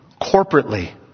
Corporately